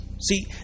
See